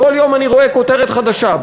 בכל יום אני רואה כותרת חדשה,